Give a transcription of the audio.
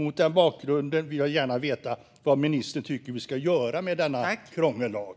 Mot den bakgrunden vill jag gärna veta vad ministern tycker att vi ska göra med denna krångellag.